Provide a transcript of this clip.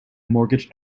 mortgage